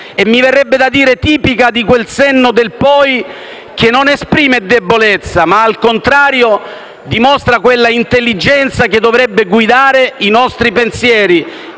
- mi verrebbe da dire - tipica di quel senno del poi che non esprime debolezza ma, al contrario, dimostra quella intelligenza che dovrebbe guidare i nostri pensieri